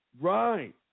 Right